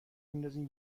میندازین